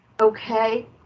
okay